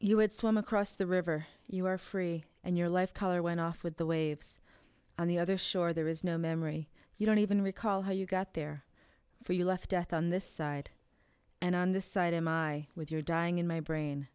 you would swim across the river you were free and your life color went off with the waves on the other shore there is no memory you don't even recall how you got there for you left death on this side and on this side am i with your dying in my brain